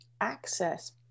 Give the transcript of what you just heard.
access